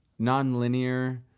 nonlinear